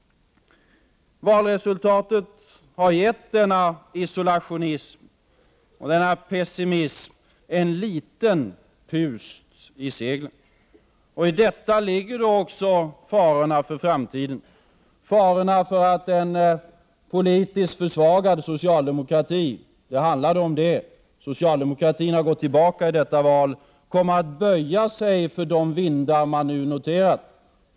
Valresultatet har gett denna isolationism och denna pessimism en liten pust i seglen. I detta ligger också farorna för framtiden, farorna för att en politiskt försvagad socialdemokrati — det är detta det handlar om, eftersom socialdemokratin har gått tillbaka i detta val — kommer att böja sig för de vindar som nu noterats.